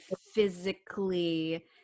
physically